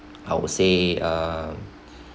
I would say uh